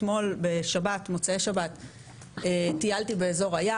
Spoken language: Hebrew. אתמול במוצאי שבת טיילתי באזור הים.